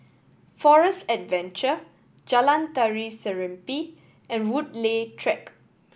Forest Adventure Jalan Tari Serimpi and Woodleigh Track